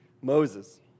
Moses